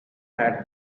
had